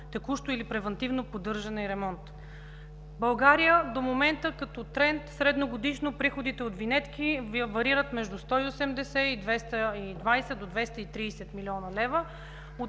текущо или превантивно поддържане и ремонт. В България до момента като тренд средногодишно приходите от винетки варират между 180 и 220-230 млн. лв.,